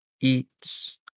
eats